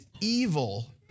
evil